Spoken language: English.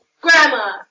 Grandma